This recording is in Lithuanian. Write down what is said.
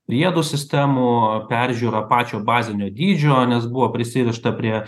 priedų sistemų peržiūra pačio bazinio dydžio nes buvo prisirišta prie